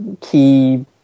key